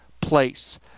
place